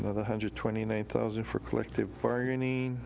one hundred twenty nine thousand for collective bargaining